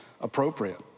Appropriate